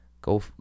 Go